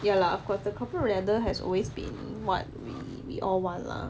ya lah cause the corporate ladder has always been what we all want lah